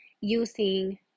using